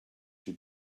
she